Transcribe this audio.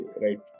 right